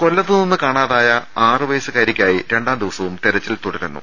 കൊല്ലത്ത് നിന്ന് കാണാതായ ആറ് വയസ്സുകാരിയ്ക്കായി രണ്ടാം ദിവ സവും തെരച്ചിൽ തുടരുന്നു